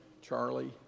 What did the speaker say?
Charlie